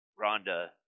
Rhonda